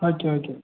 okay okay